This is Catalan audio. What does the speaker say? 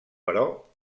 però